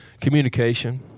Communication